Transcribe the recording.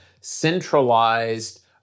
centralized